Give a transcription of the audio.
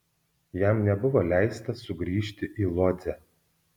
jam nebuvo leista sugrįžti į lodzę